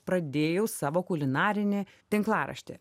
pradėjau savo kulinarinį tinklaraštį